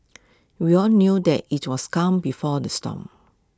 we all knew that IT was calm before the storm